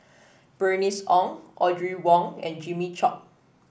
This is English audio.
Bernice Ong Audrey Wong and Jimmy Chok